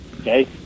Okay